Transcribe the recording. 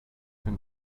can